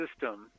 system